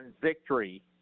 victory